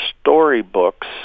Storybooks